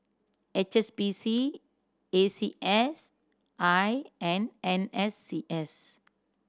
H S B C A C S I and N S C S